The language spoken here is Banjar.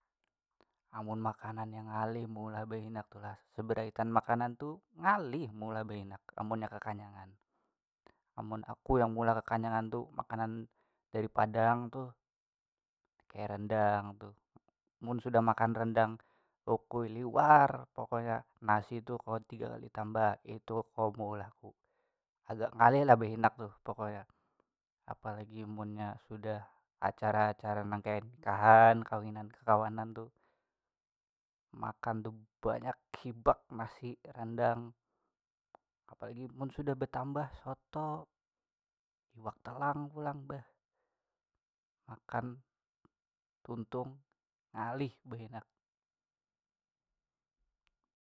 Amun makanan yang ngalih maulah bahinak tu lah seberaitan makanan tuh ngalih maulah bahinak amunnya kekanyangan amun aku yang maulah kekanyangan tuh makanan dari padang tuh kaya rendang tuh mun sudah makan rendang ukuy liwar pokoknya nasi tuh kawa tiga kali tambah itu kawa maulah ku agak ngalih lah behinak tu pokoknya apalagi munnya sudah acara acara nang kaya nikahan kawinan kekawanan tuh makan tu banyak hibak nasi randang apalagi mun sudah betambah soto iwak telang pulang beh makan tuntung ngalih bahinak.